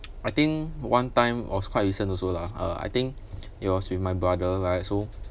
I think one time or is quite recent also lah uh I think it was with my brother right so